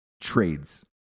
trades